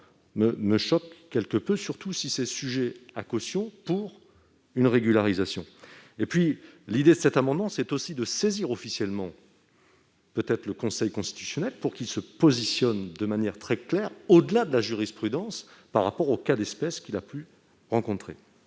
me choque quelque peu, surtout si c'est sujet à caution pour une régularisation. Adopter cet amendement, ce serait aussi saisir officiellement le Conseil constitutionnel pour qu'il se positionne de manière très claire, au-delà de la jurisprudence, sur les cas d'espèce qu'il a pu rencontrer.